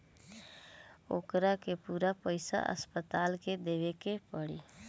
ओकरा के पूरा पईसा अस्पताल के देवे के पड़ी